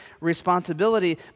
responsibility